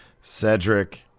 Cedric